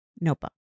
notebook